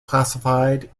classified